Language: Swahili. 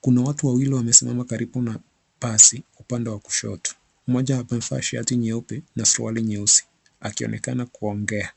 Kuna watu wawili wamesimama karibu na basi upande wa kushoto, mmoja amevaa shati nyeupe na suruali nyeusi akionekana kuongea.